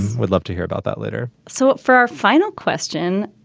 we'd love to hear about that later so for our final question,